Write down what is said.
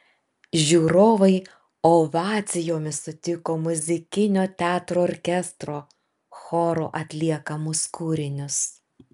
žiūrovai ovacijomis sutiko muzikinio teatro orkestro choro atliekamus kūrinius